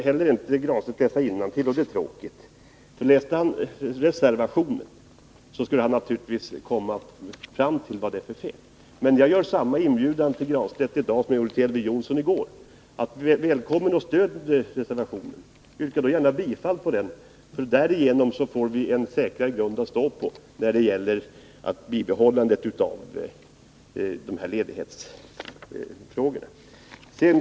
Pär Granstedt kan inte läsa innantill, och det är tråkigt. Läste han reservationen skulle han förstå vad det är för fel på utskottets skrivning. Jag gör samma inbjudan till Pär Granstedt i dag som jag gjorde till Elver Jonsson i går: Välkommen att stödja reservationen! Yrka gärna också bifall till den. Genom den får vi en säkrare grund att stå på när det gäller bibehållandet av ledighetsrätten.